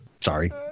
Sorry